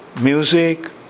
music